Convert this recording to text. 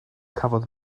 cafodd